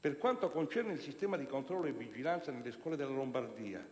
Per quanto concerne il sistema di controllo e vigilanza nelle scuole della Lombardia,